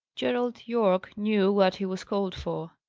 gerald yorke knew what he was called for.